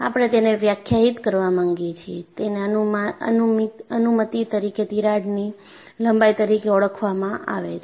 આપણે તેને વ્યાખ્યાયિત કરવા માંગીએ છીએ તેને અનુમતિ તરીકે તિરાડની લંબાઈ તરીકે ઓળખવામાં આવે છે